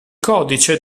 codice